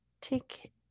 take